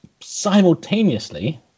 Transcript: simultaneously